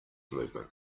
movement